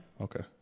Okay